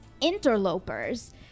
interlopers